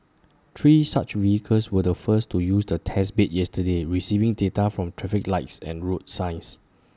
three such vehicles were the first to use the test bed yesterday receiving data from traffic lights and road signs